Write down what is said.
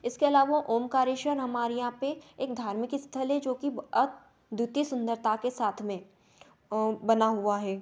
इसके अलावा ओंकारेश्वर हमारे यहाँ पे एक धार्मिक स्थल है जोकि अद्वितीय सुंदरता के साथ में बना हुआ है